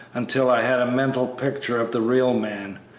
until i had a mental picture of the real man,